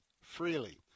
freely